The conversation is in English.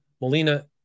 Molina